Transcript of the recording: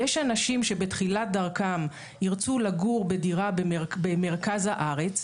יש אנשים שבתחילת דרכם ירצו לגור בדירה במרכז הארץ,